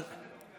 נראה שאתה מתגעגע,